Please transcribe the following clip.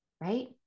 right